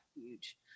huge